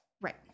Right